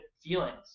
feelings